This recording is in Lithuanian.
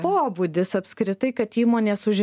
pobūdis apskritai kad įmonės už